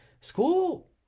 school